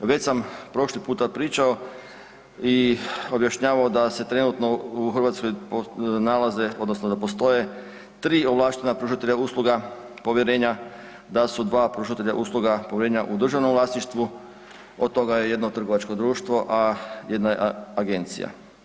Već sam prošli puta pričao i objašnjavao da se trenutno u Hrvatskoj nalaze odnosno da postoje 3 ovlaštena pružatelja usluga povjerenja, da su 2 pružatelja usluga povjerenja u državnom vlasništvu, od toga je jedno trgovačko društvo, a jedna je agencija.